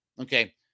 okay